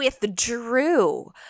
withdrew